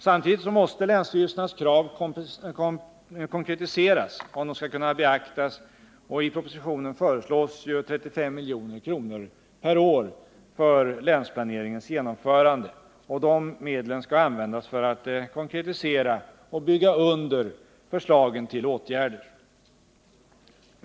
Samtidigt måste länsstyrelsernas krav konkretiseras om de skall kunna beaktas, och i propositionen föreslås 35 milj.kr. per år för länsplaneringens genomförande. De medlen skall användas för att konkretisera och bygga under förslagen till åtgärder.